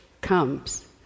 comes